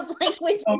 language